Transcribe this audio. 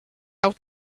out